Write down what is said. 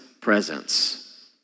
presence